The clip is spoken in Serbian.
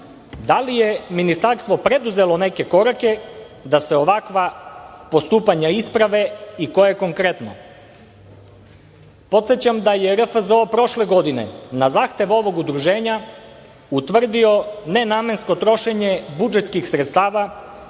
da li je Ministarstvo preduzelo neke korake da se ovakva postupanja isprave i koje konkretno? Podsećam da je RFZO prošle godine na zahtev ovog udruženja utvrdio nenamensko trošenje budžetskih sredstava,